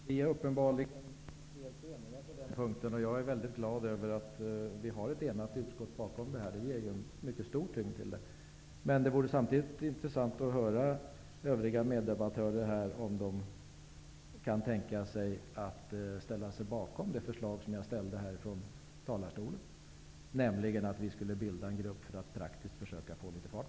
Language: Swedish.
Herr talman! Vi är uppenbarligen helt överens på den punkten. Jag är väldigt glad över att vi har ett enigt utskott bakom förslagen. Det ger dem en stor tyngd. Det vore samtidigt intressant att höra om mina meddebattörer kan tänka sig att ställa sig bakom det förslag som jag ställde från talarstolen, nämligen att vi skulle bilda en grupp för att praktiskt försöka sätta fart.